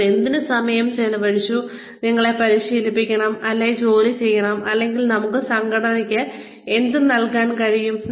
അവർ എന്തിന് സമയം ചിലവഴിച്ചു ഞങ്ങളെ പരിശീലിപ്പിക്കണം അല്ലെങ്കിൽ ജോലി ചെയ്യണം അല്ലെങ്കിൽ നമുക്ക് സംഘടനയ്ക്ക് എന്ത് നൽകാൻ കഴിയും